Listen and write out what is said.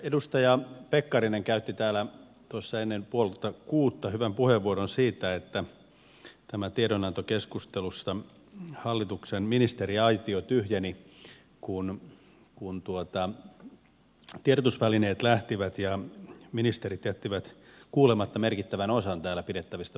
edustaja pekkarinen käytti täällä tuossa ennen puolta kuutta hyvän puheenvuoron siitä että tässä tiedonantokeskustelussa hallituksen ministeriaitio tyhjeni kun tiedotusvälineet lähtivät ja ministerit jättivät kuulematta merkittävän osan täällä pidettävistä puheenvuoroista